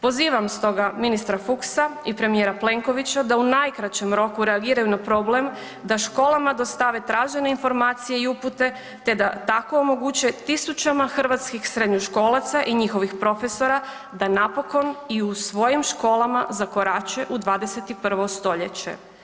Pozivam stoga ministra Fuchsa i premijera Plenkovića da u najkraćem roku reagiraju na problem, da školama dostave tražene informacije i upute te da tako omoguće tisućama hrvatskih srednjoškolaca i njihovih profesora da napokon i u svojim školama zakorače u 21. stoljeće.